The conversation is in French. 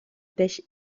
pêche